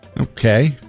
Okay